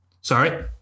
Sorry